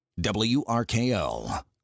WRKL